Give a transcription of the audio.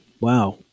wow